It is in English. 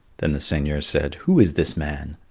then the seigneur said, who is this man?